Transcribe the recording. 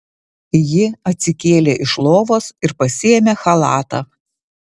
ji atsikėlė iš lovos ir pasiėmė chalatą